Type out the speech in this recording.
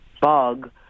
bug